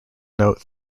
note